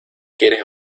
quieres